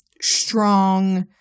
strong